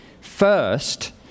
First